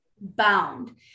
bound